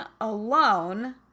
alone